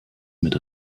mit